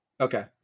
Okay